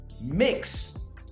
mix